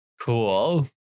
Cool